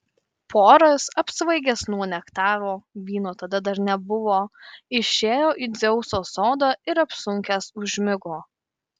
poras apsvaigęs nuo nektaro vyno tada dar nebuvo išėjo į dzeuso sodą ir apsunkęs užmigo